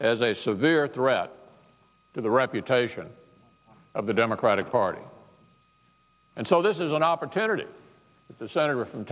as a severe threat to the reputation of the democratic party and so this is an opportunity the senator from